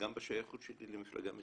בשייכות שלי למפלגה מסוימת,